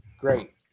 great